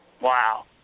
Wow